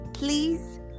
Please